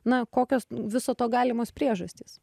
na kokios viso to galimos priežastys